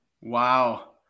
Wow